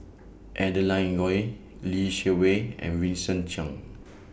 Adeline Ooi Lee Shermay and Vincent Cheng